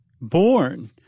Born